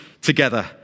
together